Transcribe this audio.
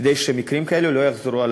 כדי שמקרים כאלה לא יחזרו.